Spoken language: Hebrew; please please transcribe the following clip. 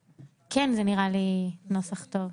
כן, זה נראה לי נוסח טוב.